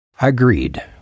Agreed